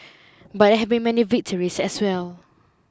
but there have been many victories as well